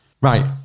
Right